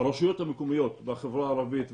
הרשויות המקומיות בחברה הערבית,